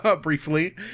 briefly